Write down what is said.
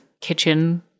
kitchen